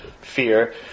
fear